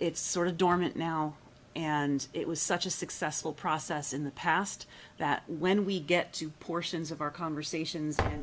it's sort of dormant now and it was such a successful process in the past that when we get to portions of our conversations a